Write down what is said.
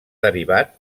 derivat